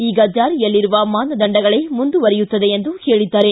ಈಗ ಜಾರಿಯಲ್ಲಿರುವ ಮಾನದಂಡಗಳೇ ಮುಂದುವರಿಯುತ್ತದೆ ಎಂದು ಹೇಳಿದ್ದಾರೆ